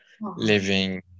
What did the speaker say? living